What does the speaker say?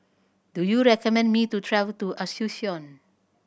do you recommend me to travel to Asuncion